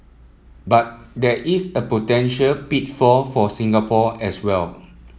but there is a potential pitfall for Singapore as well